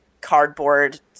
cardboard